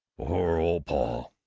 poor old paul!